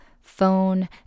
phone